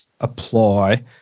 apply